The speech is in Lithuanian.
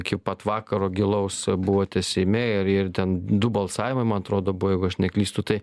iki pat vakaro gilaus buvote seime ir ir ten du balsavimai man atrodo buvo jeigu aš neklystu tai